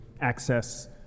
access